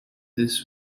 this